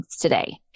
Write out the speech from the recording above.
today